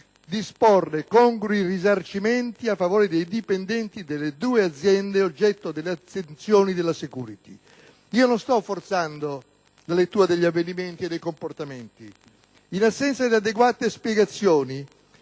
disporre congrui risarcimenti a favore dei dipendenti delle due aziende oggetto delle attenzioni della *security*. Non sto forzando la lettura degli avvenimenti e dei comportamenti. In assenza di adeguate spiegazioni,